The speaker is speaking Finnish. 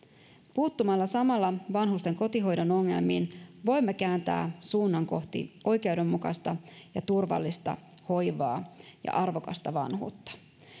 puuttumalla samalla vanhusten kotihoidon ongelmiin voimme kääntää suunnan kohti oikeudenmukaista ja turvallista hoivaa ja arvokasta vanhuutta